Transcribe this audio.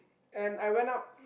and I went up